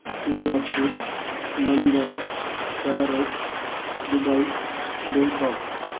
Singapore London Paris Dubai Bangkok